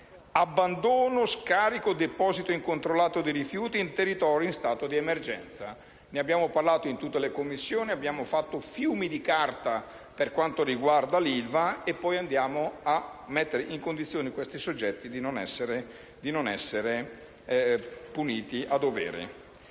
l'abbandono, lo scarico e il deposito incontrollato di rifiuti in territorio in stato di emergenza. Ne abbiamo parlato in tutte le Commissioni. Abbiamo prodotto fiumi di carta per quanto riguarda l'ILVA e poi andiamo a mettere in condizione questi soggetti di non essere puniti a dovere.